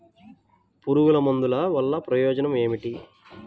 పురుగుల మందుల వల్ల ప్రయోజనం ఏమిటీ?